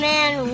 Man